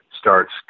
starts